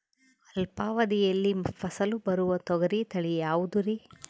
ಅಲ್ಪಾವಧಿಯಲ್ಲಿ ಫಸಲು ಬರುವ ತೊಗರಿ ತಳಿ ಯಾವುದುರಿ?